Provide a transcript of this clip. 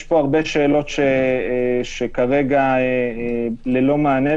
יש פה הרבה שאלות שכרגע ללא מענה,